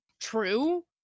true